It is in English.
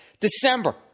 December